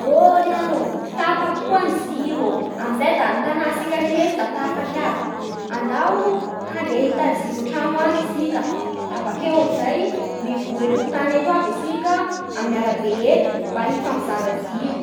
Ô ry agno ô, tapaky koa ny jiro. Amin'izay da ny tanà tsika rehetry da tapaky aby. Andao hitady jiro antra,o any itsika da bakeo amin'izay mivory antokotany eto aby antsika, amin'ny arabe eto mba hifampizara jiro.